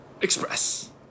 Express